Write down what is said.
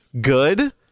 good